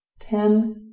Ten